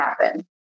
happen